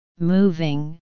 moving